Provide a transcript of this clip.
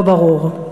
לא ברור.